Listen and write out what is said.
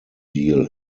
deal